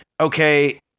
okay